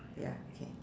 ya okay